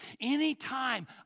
Anytime